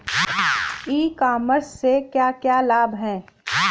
ई commerce के क्या क्या लाभ हैं?